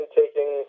taking